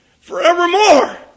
forevermore